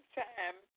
time